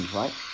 right